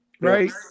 Right